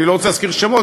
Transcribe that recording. אני לא רוצה להזכיר שמות,